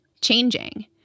changing